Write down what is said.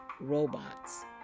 robots